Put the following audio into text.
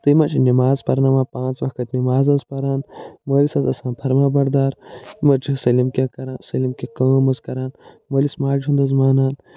تہٕ یِم حظ چھِ نِماز پرناوان پانٛژھ وقت نِماز حظ چھِ پَران مٲلِس حظ آسان فرمان بردار یِم حظ چھِ سٲلِم کیٚنٛہہ کَران سٲلِم کیٚنٛہہ کٲم حظ کَران مٲلِس ماجہِ ہُنٛد حظ مانان